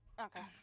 Okay